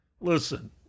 Listen